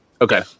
Okay